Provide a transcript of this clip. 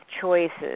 choices